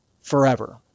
forever